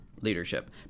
leadership